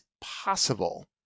possible